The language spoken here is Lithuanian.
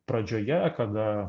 pradžioje kada